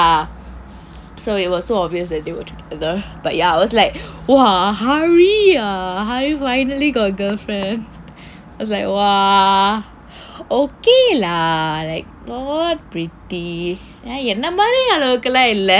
so it was so obvious that they were together but ya I was like !wah! hari ah hari finally got girlfriend I was like !wah! ok lah like not pretty ஆனா என்ன மாதிரி அளவுக்கு எல்லாம் இல்லை:aanaa enna maathiri alavukku ellaam illai